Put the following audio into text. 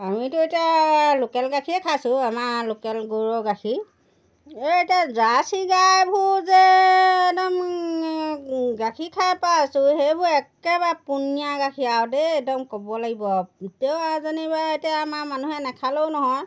আমিতো এতিয়া লোকেল গাখীয়ে খাইছোঁ আমাৰ লোকেল গৰুৰ গাখীৰ এই এতিয়া জাৰ্ছি গাইবোৰ যে একদম গাখীৰ খাই পাইছোঁ সেইবোৰ একেবাৰে পনীয়া গাখীৰ আৰু দেই একদম ক'ব লাগিব আৰু তেও আৰু যেনিবা এতিয়া আমাৰ মানুহে নাখালেও নহয়